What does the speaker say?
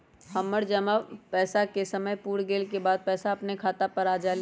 हमर जमा पैसा के समय पुर गेल के बाद पैसा अपने खाता पर आ जाले?